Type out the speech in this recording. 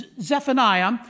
Zephaniah